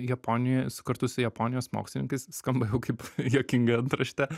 japonij s kartu su japonijos mokslininkais skamba jau kaip juokinga antraštė